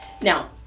Now